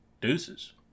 Deuces